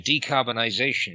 decarbonisation